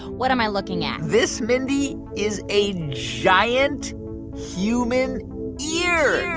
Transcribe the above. what am i looking at? this, mindy, is a giant human ear